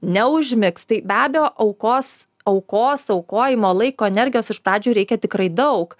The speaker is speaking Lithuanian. neužmigs tai be abejo aukos aukos aukojimo laiko energijos iš pradžių reikia tikrai daug